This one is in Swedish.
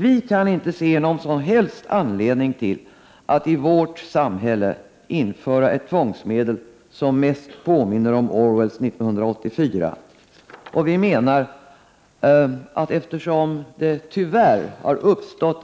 Vi kan inte se någon som helst anledning till att i vårt samhälle införa ett tvångsmedel som mest påminner om Orwells 1984. Vi menar att eftersom